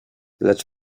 lecz